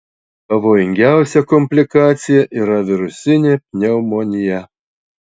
pavojingiausia komplikacija yra virusinė pneumonija